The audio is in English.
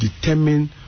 determine